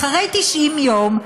אחרי 90 יום,